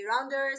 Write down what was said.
rounders